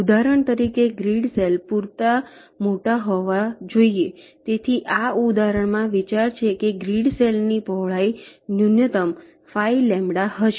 ઉદાહરણ તરીકે grid cell પૂરતા મોટા હોવા જોઈએ તેથી આ ઉદાહરણમાં વિચાર છે કે ગ્રીડ સેલની પહોળાઈ ન્યૂનતમ 5 λ હશે